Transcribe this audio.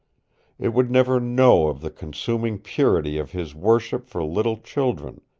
it would never know of the consuming purity of his worship for little children,